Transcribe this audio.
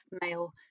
male